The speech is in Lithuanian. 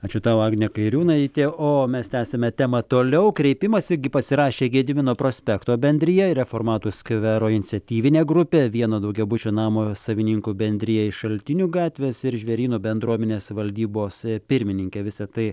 ačiū tau agne kairiūnaite o mes tęsiame temą toliau kreipimąsi pasirašė gedimino prospekto bendrija reformatų skvero iniciatyvinė grupė vieno daugiabučio namo savininkų bendrija iš šaltinių gatvės ir žvėryno bendruomenės valdybos pirmininkė visa tai